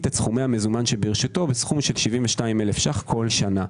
את סכומי המזומן שברשותו בסכום של 72,000 ₪ כל שנה.